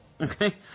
Okay